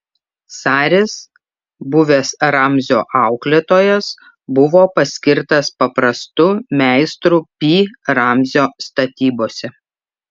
saris buvęs ramzio auklėtojas buvo paskirtas paprastu meistru pi ramzio statybose